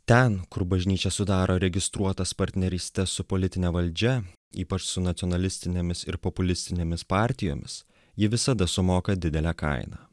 ten kur bažnyčia sudaro registruotas partnerystes su politine valdžia ypač su nacionalistinėmis ir populistinėmis partijomis ji visada sumoka didelę kainą